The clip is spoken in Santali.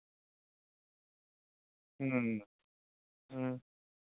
ᱦᱩᱸ ᱦᱩᱸ